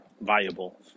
valuable